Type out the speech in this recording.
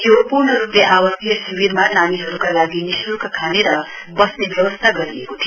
यो पूर्ण रुपले आवाशीय शिविरमा नानीहरुका लागि निशुल्क खाने र वस्ने व्यवस्था गरिएको थियो